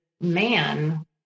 man